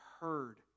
heard